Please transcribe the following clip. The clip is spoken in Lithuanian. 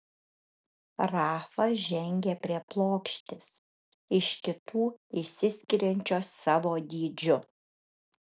rafa žengė prie plokštės iš kitų išsiskiriančios savo dydžiu